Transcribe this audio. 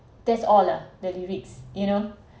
that's all ah the lyrics you know